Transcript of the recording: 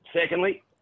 Secondly